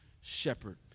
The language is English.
shepherd